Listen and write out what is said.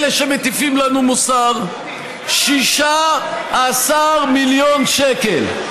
אלה שמטיפים לנו מוסר, 16 מיליון שקל.